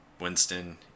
Winston